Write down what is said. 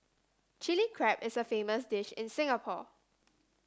Chilli Crab is a famous dish in Singapore